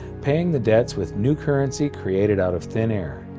paying the debts with new currency created out of thin air.